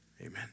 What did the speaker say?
amen